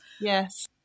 yes